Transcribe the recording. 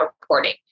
reporting